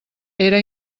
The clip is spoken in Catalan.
era